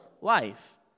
life